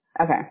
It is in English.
Okay